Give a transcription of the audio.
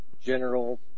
general